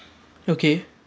okay